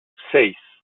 seis